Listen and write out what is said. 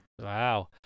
Wow